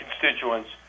constituents